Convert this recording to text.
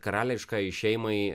karališkajai šeimai